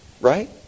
Right